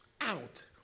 out